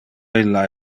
illa